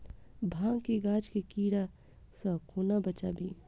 भांग केँ गाछ केँ कीड़ा सऽ कोना बचाबी?